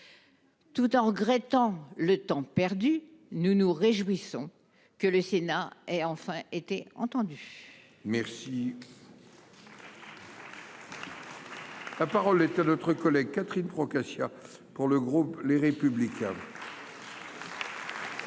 Tout en regrettant le temps perdu, nous nous réjouissons que le Sénat ait enfin été entendu. La parole est à Mme Catherine Procaccia, pour le groupe Les Républicains.